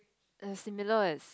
err similar as